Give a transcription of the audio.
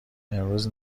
امروز